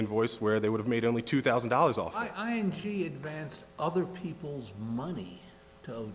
invoice where they would have made only two thousand dollars off i and he advanced other people's money